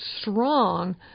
strong